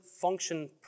function